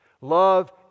love